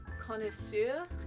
connoisseur